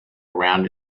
around